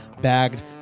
bagged